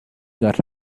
got